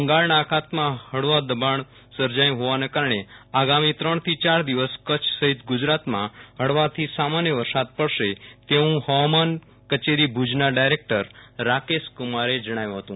બંગાળના અખાતમાં ફળવા દબાણ સર્જાયું હોવાના કારણે આગામી ત્રણથી ચાર દિવસ કચ્છ સહિત ગુજરાતમાં હળવાથી સામાન્ય વરસાદ પડશે તેવું હવામાન કચેરી ભુજના ડાયરેકટર રાકેશકુમારે જણાવ્યું હતું